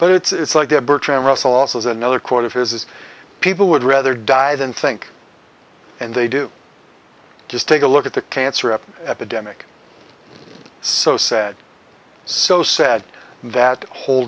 but it's like that bertrand russell also is another quote of his people would rather die than think and they do just take a look at the cancer up epidemic so sad so sad that whole